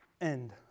end